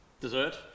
dessert